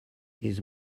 his